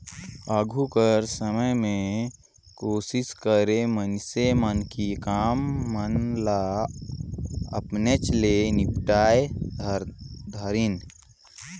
आघु कर समे में कोसिस करें मइनसे मन कि काम मन ल अपनेच ले निपटाए धारतेन